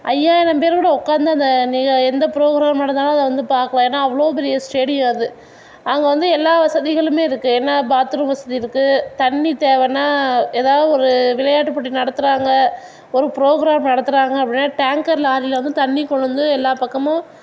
ஐயாயிரம் பேர் கூட உட்காந்து அந்த நிக எந்த ப்ரோக்ராம் நடந்தாலும் அதை வந்து பார்க்கலாம் ஏன்னால் அவ்வளோ பெரிய ஸ்டேடியம் அது அங்கே வந்து எல்லா வசதிகளுமே இருக்குது என்ன பாத் ரூம் வசதி இருக்குது தண்ணி தேவைனா ஏதாவது ஒரு விளையாட்டுப் போட்டி நடத்துகிறாங்க ஒரு ப்ரோக்ராம் நடத்துகிறாங்க அப்படினா டேங்க்கர் லாரியில் வந்து தண்ணி கொண்டு வந்து எல்லா பக்கமும்